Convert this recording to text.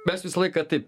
mes visą laiką taip